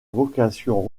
vocation